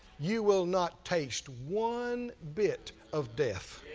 you will not taste one bit of death.